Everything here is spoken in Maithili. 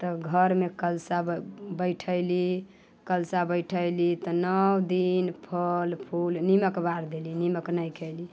तब घरमे कलशा बैठैली कलशा बैठैली तऽ नओ दिन फल फूल नीमक बार देली नीमक नहि खयली